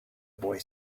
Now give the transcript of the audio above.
boy